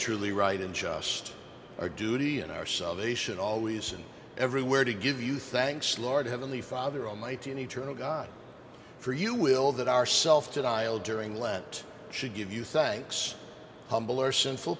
truly right and just a duty in our salvation always and everywhere to give you thanks lord heavenly father almighty and eternal god for you will that are self denial during lent should give you thanks humble our sinful